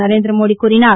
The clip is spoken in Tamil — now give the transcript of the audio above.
நரேந்திர மோடி கூறினார்